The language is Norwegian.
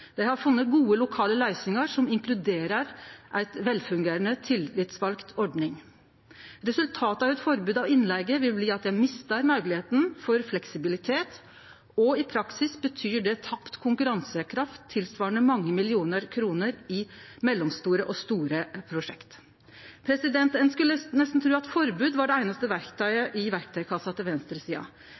Dei har funne gode lokale løysingar som inkluderer ei velfungerande, tillitsvald ordning. Resultatet av eit forbod mot innleige vil bli at dei mistar moglegheita for fleksibilitet, og i praksis betyr det tapt konkurransekraft tilsvarande mange millionar kroner i mellomstore og store prosjekt. Ein skulle nesten tru at forbod var det einaste verktøyet i verktøykassa til